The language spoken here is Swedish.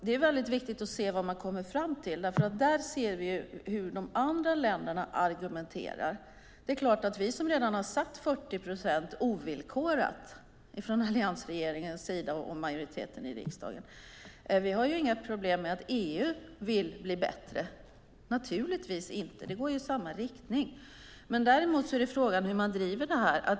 Det är väldigt viktigt att se vad man kommer fram till. Där ser vi hur de andra länderna argumenterar. Det är klart att vi i alliansregeringen och majoriteten i riksdagen som redan har satt 40 procent ovillkorat inte har några problem med att EU vill bli bättre. Det har vi naturligtvis inte, för det går ju i samma riktning. Däremot är frågan hur man driver detta.